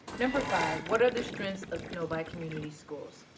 number five. what are the strengths of novi community schools?